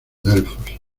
delfos